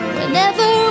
Whenever